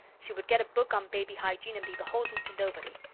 she would get a book on baby hygiene and be beholden to nobody.